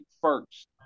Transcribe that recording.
first